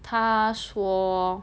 她说